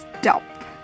stop